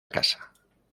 casa